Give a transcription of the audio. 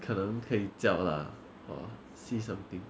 可能可以叫 lah or see something